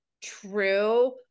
true